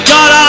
God